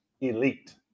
elite